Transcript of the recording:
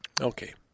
Okay